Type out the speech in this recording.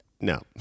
No